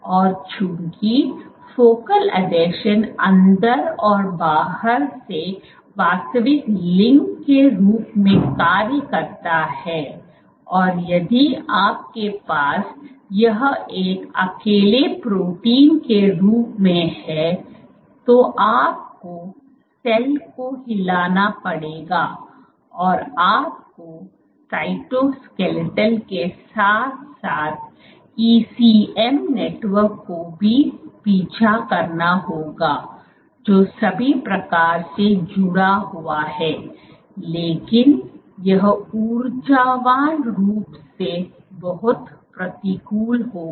और चूंकि फोकल आसंजन अंदर और बाहर से वास्तविक लिंक के रूप में कार्य करता है और यदि आपके पास यह एक अकेले प्रोटीन के रूप में हैं तो आपको सेल को हिलाना पड़ेगा और आपको साइटोस्केलेल के साथ साथ ईसीएम नेटवर्क को भी पीछा करना होगा जो सभी प्रकार से जुड़ा हुआ है लेकिन यह ऊर्जावान रूप से बहुत प्रतिकूल होगा